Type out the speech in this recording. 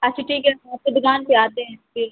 اچھا ٹھیک ہے ہم آپ کی دکان پہ آتے ہیں اس کی